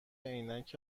عینک